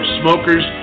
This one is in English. smokers